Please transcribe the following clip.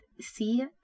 see